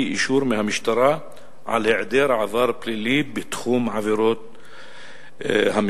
אישור מהמשטרה על היעדר עבר פלילי בתחום עבירות המין.